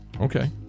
okay